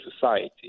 society